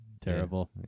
terrible